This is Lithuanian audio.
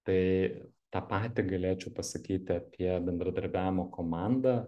tai tą patį galėčiau pasakyti apie bendradarbiavimo komandą